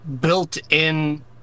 built-in